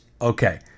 okay